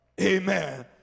Amen